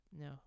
no